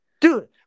dude